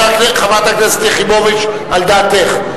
חברת הכנסת יחימוביץ, על דעתך.